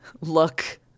look